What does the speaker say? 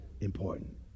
important